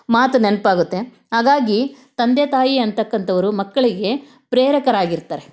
ಮಾತು ನೆನಪಾಗುತ್ತೆ ಹಾಗಾಗಿ ತಂದೆ ತಾಯಿ ಅಂತಕ್ಕಂಥವರು ಮಕ್ಕಳಿಗೆ ಪ್ರೇರಕರಾಗಿರ್ತಾರೆ